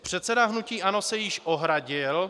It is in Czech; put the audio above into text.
Předseda hnutí ANO se již ohradil.